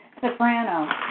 soprano